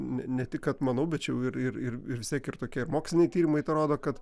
ne ne tik kad manau bet čia jau ir ir ir vis tiek ir tokie moksliniai tyrimai rodo kad